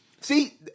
See